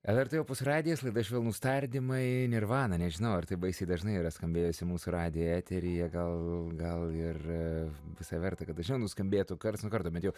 lrt opus radijas laida švelnūs tardymai nirvana nežinau ar taip baisiai dažnai yra skambėjusi mūsų radijo eteryje gal gal ir visai verta kad nuskambėtų karts nuo karto bent jau